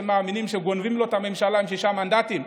שמאמין שגונבים לו את הממשלה עם שישה מנדטים,